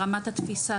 ברמת התפיסה,